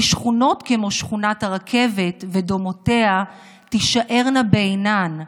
שכונות כמו שכונת הרכבת ודומותיה תישארנה בעינן.